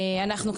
אנחנו,